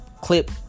clip